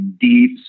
deep